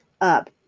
up